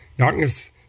darkness